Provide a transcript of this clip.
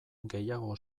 gehiago